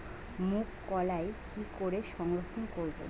মুঘ কলাই কি করে সংরক্ষণ করব?